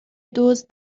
دزد